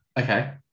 Okay